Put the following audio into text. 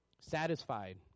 satisfied